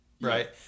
Right